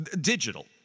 Digital